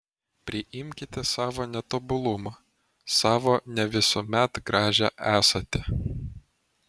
priimkite savo netobulumą savo ne visuomet gražią esatį